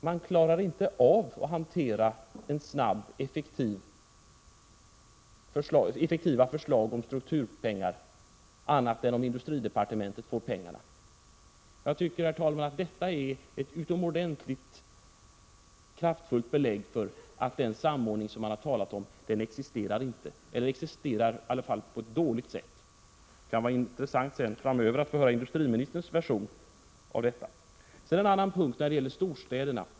Man klarar tydligen inte av att snabbt hantera olika förslag om effektiv fördelning av pengar till strukturförändringar annat än om industridepartementet får pengarna. Jag tycker, herr talman, att detta är ett utomordentligt kraftfullt belägg för att den samordning som man har talat om inte existerar — eller åtminstone är den mycket dålig. Det skall bli intressant att framöver få höra industriministerns version av detta. Sedan vill jag ta upp en annan punkt, som gäller storstäderna.